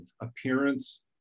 appearance